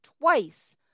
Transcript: twice